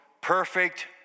perfect